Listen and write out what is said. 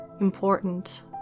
important